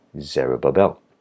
Zerubbabel